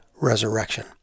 resurrection